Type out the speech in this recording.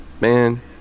man